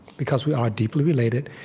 because we are deeply related,